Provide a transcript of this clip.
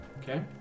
Okay